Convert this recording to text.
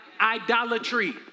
idolatry